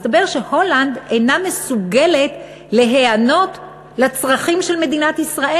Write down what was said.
והסתבר שהולנד אינה מסוגלת להיענות לצרכים של מדינת ישראל.